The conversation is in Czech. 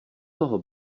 toho